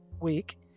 week